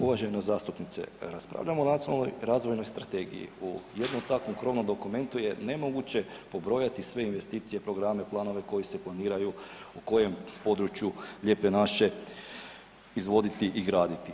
Uvažena zastupnice raspravljamo o nacionalnoj razvojnoj strategiji u jednom takvom krovnom dokumentu je nemoguće pobrojati sve investicije, programe, planove koji se planiraju u kojem području lijepe naše izvoditi i graditi.